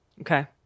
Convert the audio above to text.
okay